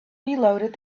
reloaded